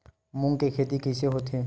मूंग के खेती कइसे होथे?